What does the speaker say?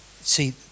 See